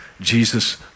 Jesus